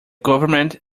government